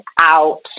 out